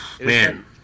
Man